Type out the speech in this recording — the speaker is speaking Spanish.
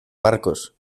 barcos